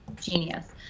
genius